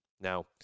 Now